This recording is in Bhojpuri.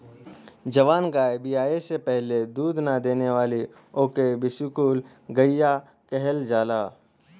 जवन गाय बियाये से पहिले दूध ना देवेली ओके बिसुकुल गईया कहल जाला